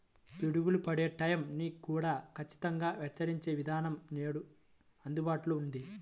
పిడుగులు పడే టైం ని కూడా ఖచ్చితంగా హెచ్చరించే విధానం నేడు అందుబాటులో ఉంది